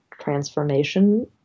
transformation